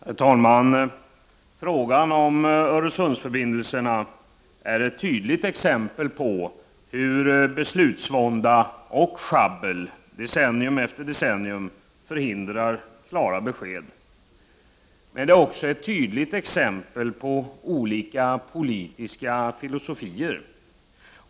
Herr talman! Frågan om Öresundsförbindelserna är ett tydligt exempel på hur beslutsvånda och sjabbel decennium efter decennium förhindrar klara besked. Det är också ett tydligt exempel på olika politiska filosofier.